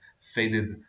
faded